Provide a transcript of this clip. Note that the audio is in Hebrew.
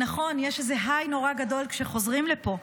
נכון, יש איזה היי נורא גדול כשחוזרים לפה,